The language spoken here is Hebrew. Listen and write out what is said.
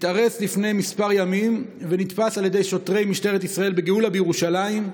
התארס לפני כמה ימים ונתפס על ידי שוטרי משטרת ישראל בגאולה בירושלים.